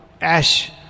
ash